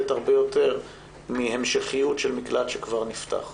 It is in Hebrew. הרבה יותר מהמשכיות של מקלט שכבר נפתח,